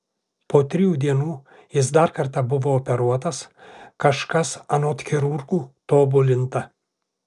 po trijų dienų jis dar kartą buvo operuotas kažkas anot chirurgų tobulinta